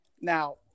Now